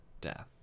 death